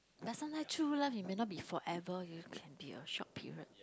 then sometime true love it may not be forever you can be a short period